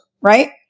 Right